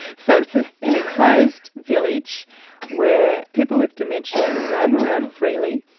so it's ah an enclosed village where people with dementia can roam around freely.